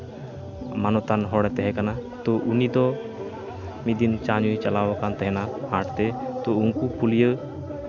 ᱢᱟᱱᱚᱛᱟᱱ ᱦᱚᱲᱮ ᱛᱟᱦᱮᱸᱠᱟᱱᱟ ᱛᱚ ᱩᱱᱤ ᱫᱚ ᱢᱤᱫ ᱫᱤᱱ ᱪᱟ ᱧᱩᱭ ᱪᱟᱞᱟᱣᱟᱠᱟᱱ ᱛᱟᱦᱮᱱᱟ ᱦᱟᱴ ᱛᱮ ᱛᱚ ᱩᱝᱠᱩ ᱯᱩᱞᱭᱟᱹ